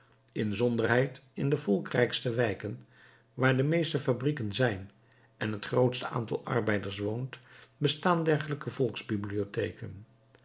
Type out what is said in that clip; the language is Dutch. inzonderheid in de volkrijkste wijken waar de meeste fabrieken zijn en het grootste aantal arbeiders woont bestaan dergelijke